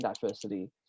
diversity